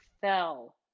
fell